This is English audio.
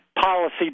policy